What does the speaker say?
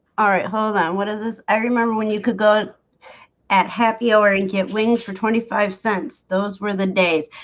all right, hold on what is this i remember when you could go at happy hour and get wings for twenty five cents those were the days